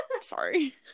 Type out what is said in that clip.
Sorry